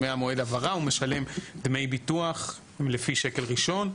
ממועד ההעברה הוא משלם דמי ביטוח לפי שקל ראשון,